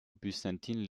byzantin